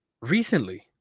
Recently